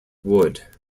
wood